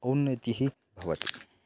औन्नतिः भवति